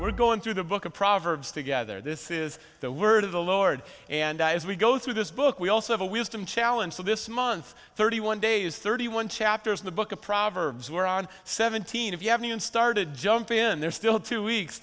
we're going through the book of proverbs together this is the word of the lord and i as we go through this book we also have a wisdom challenge so this month thirty one day is thirty one chapters in the book of proverbs where on seventeen if you haven't started jumping in there's still two weeks